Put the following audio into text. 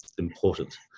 important.